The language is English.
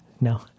No